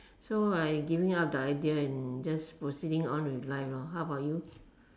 so I giving up the idea and just proceeding on with life lor how about you